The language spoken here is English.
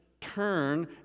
turn